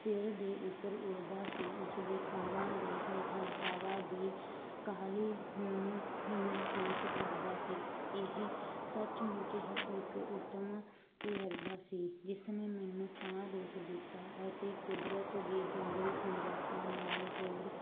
ਸਿਰ ਦੇ ਉੱਪਰ ਉੱਡਦਾ ਸੀ ਇਸ ਦੇ ਖੰਭਾਂ ਦੇ ਹੇਠਾਂ ਹਵਾ ਦੀ ਕਾਹਲੀ ਮਹਿਸੂਸ ਕਰਦਾ ਸੀ ਇਹ ਸੱਚਮੁੱਚ ਹੀ ਇੱਕ ਉੱਤਮ ਤਜ਼ਰਬਾ ਸੀ ਜਿਸ ਨੇ ਮੈਨੂੰ ਸਾਹ ਰੋਕ ਦਿੱਤਾ ਅਤੇ ਕੁਦਰਤ ਦੀ ਜੰਗਲੀ ਸੁੰਦਰਤਾ ਨਾਲ ਹੋਰ